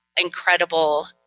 incredible